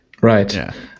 Right